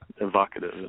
evocative